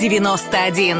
91